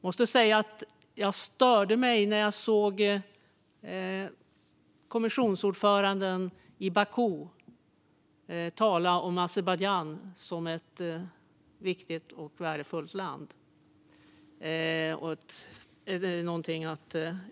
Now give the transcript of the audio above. Jag måste säga att det störde mig när jag såg kommissionsordföranden tala i Baku om Azerbajdzjan som ett viktigt och värdefullt land att